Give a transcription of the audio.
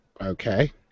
Okay